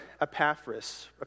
Epaphras